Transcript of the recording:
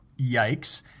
yikes